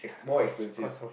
more expensive